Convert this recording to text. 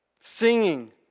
singing